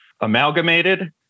amalgamated